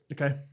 Okay